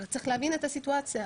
צריך להבין את הסיטואציה.